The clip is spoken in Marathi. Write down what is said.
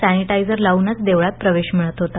सॅनिटायझर लावूनच देवळात प्रवेश मिळत होता